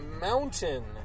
Mountain